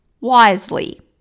wisely